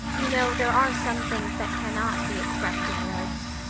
you know there are some things that cannot be expressed in words.